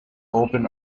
open